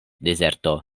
dezerto